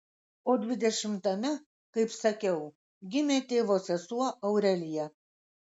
o dvidešimtame kaip sakiau gimė tėvo sesuo aurelija